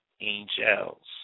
angels